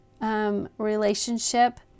relationship